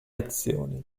azioni